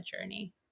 journey